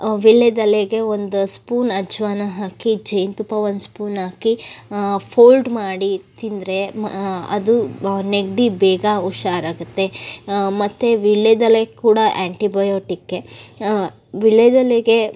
ವೀಳ್ಯದೆಲೆಗೆ ಒಂದು ಸ್ಪೂನ್ ಅಜ್ವಾನ ಹಾಕಿ ಜೇನು ತುಪ್ಪ ಒಂದು ಸ್ಪೂನ್ ಹಾಕಿ ಫೋಲ್ಡ್ ಮಾಡಿ ತಿಂದರೆ ಅದು ನೆಗಡಿ ಬೇಗ ಹುಷಾರ್ ಆಗುತ್ತೆ ಮತ್ತು ವೀಳ್ಯದೆಲೆ ಕೂಡ ಆ್ಯಂಟಿ ಬಯೋಟಿಕ್ಕೆ ವೀಳ್ಯದೆಲೆಗೆ